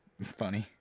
funny